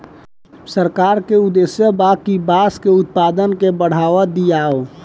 सरकार के उद्देश्य बा कि बांस के उत्पाद के बढ़ावा दियाव